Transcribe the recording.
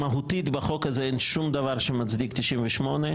מהותית בחוק הזה אין שום דבר שמצדיק 98,